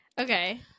Okay